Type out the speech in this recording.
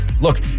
look